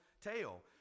tail